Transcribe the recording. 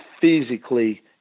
physically